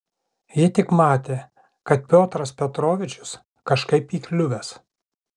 ji tik matė kad piotras petrovičius kažkaip įkliuvęs